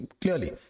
clearly